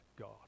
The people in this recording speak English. God